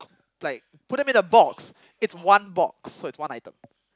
like put them in a box it's one box so it's one item